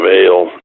ale